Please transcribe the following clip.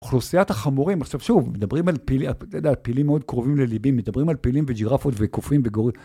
אוכלוסיית החמורים, עכשיו שוב, מדברים על פילים, אתה יודע, פילים מאוד קרובים לליבי, מדברים על פילים וג'ירפות וקופים וגורים.